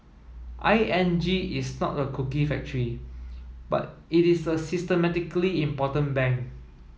I N G is not a cookie factory but it is a systemically important bank